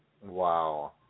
Wow